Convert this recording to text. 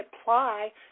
apply